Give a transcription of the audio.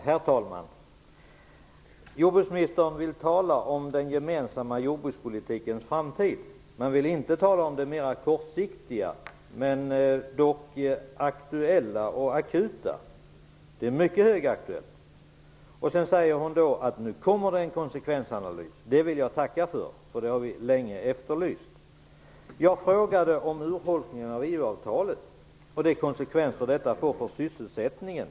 Herr talman! Jordbruksministern vill tala om den gemensamma jordbrukspolitikens framtid. Hon vill dock inte tala om det som är mer kortsiktigt, men högaktuellt, här. Vidare säger hon att det nu skall komma en konsekvensanalys. Det tackar jag för. Vi har länge efterlyst en sådan. Jag frågade om urholkningen av EU-avtalet och om de konsekvenser som det får för sysselsättningen.